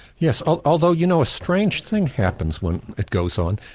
yes, although you know a strange thing happens when it goes on,